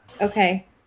Okay